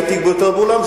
העתיק ביותר בעולם.